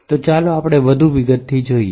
તો ચાલો આપણે વધુ વિગતો જોઈએ